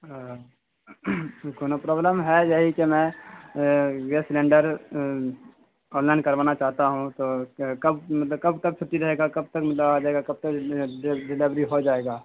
ہاں کونو پروبلم ہے یہی کہ میں گیس سلینڈر آن لائن کروانا چاہتا ہوں تو کب مطلب کب تک چھٹی رہے گا کب تک مطلب آ جائے گا کب تک ڈیلیوری ہو جائے گا